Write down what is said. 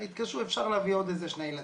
יתקשרו, אפשר להביא עוד איזה שני ילדים,